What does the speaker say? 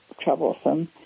troublesome